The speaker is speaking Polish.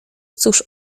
cóż